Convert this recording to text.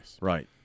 Right